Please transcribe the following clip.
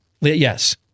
Yes